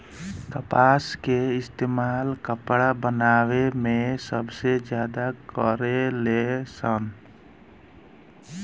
कपास के इस्तेमाल कपड़ा बनावे मे सबसे ज्यादा करे लेन सन